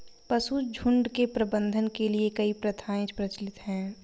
पशुझुण्ड के प्रबंधन के लिए कई प्रथाएं प्रचलित हैं